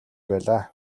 байлаа